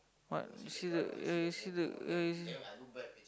what you see the yeah you see the yeah you see